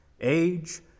age